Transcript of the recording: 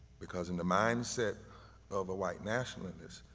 because in the mindset of a white nationalist,